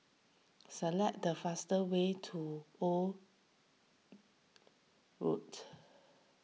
select the fast way to Old Road